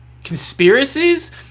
conspiracies